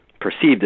perceived